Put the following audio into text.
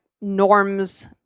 norms